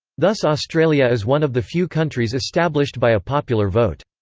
thus australia is one of the few countries established by a popular vote.